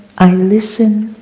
i listen,